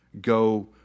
go